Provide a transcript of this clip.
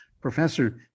Professor